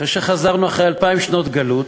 אחרי שחזרנו אחרי אלפיים שנות גלות,